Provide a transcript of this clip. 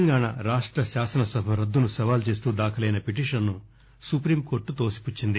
తెలంగాణ రాష్ట శాసనసభ రద్దును సవాల్ చేస్తూ దాఖలైన పిటీషన్ను సుప్రీంకోర్టు తోసిపుచ్చింది